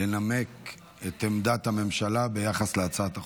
לנמק את עמדת הממשלה ביחס להצעת החוק.